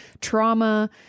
trauma